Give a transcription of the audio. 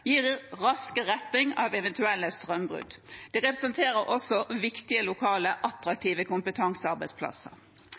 gir rask retting av eventuelle strømbrudd. De representerer også viktige lokale,